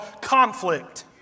conflict